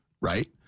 Right